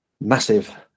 massive